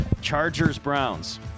Chargers-Browns